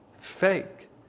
fake